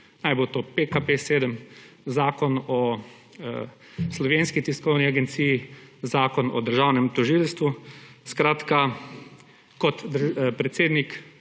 naj bo to PKP 7, Zakon o Slovenski tiskovni agenciji, Zakon o državnem tožilstvu. Kot predsednik